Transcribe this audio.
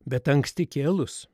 bet anksti kėlus